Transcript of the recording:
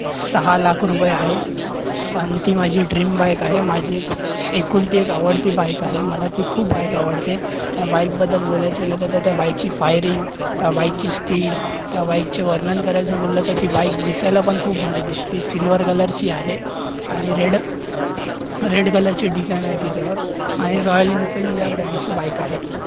सहा लाख रुपये आहे पण ती माझी ड्रीम बाईक आहे माझी एक एकुलती एक आवडती बाईक आहे मला ती खूप बाईक आवडते त्या बाईकबद्दल बोलायचं गेलं तर त्या बाईकची फायरिंग त्या बाईकची स्पीड त्या बाईकचे वर्णन करायचं बोललं तर ती बाईक दिसायला पण खूप भारी दिसती सिल्वर कलरची आहे आणि रेड रेड कलरची डिझाईन आहे तिच्यावर आणि रॉयल इनफिल्ड लिया ब्रँडची बाईक आहे ती